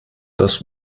das